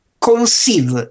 conceive